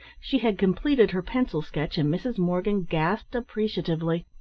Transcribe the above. she had completed her pencil sketch and mrs. morgan gasped appreciatively.